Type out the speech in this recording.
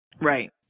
Right